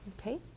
Okay